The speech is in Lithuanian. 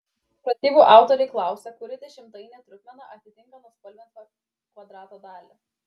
pratybų autoriai klausia kuri dešimtainė trupmena atitinka nuspalvintą kvadrato dalį